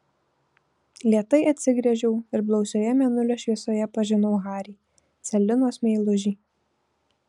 lėtai atsigręžiau ir blausioje mėnulio šviesoje pažinau harį celinos meilužį